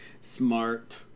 smart